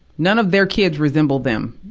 none of their kids resemble them,